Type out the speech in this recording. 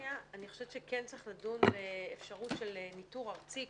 אני חושבת שכן צריך לדון באפשרות של ניתור ארצי,